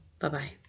Bye-bye